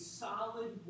solid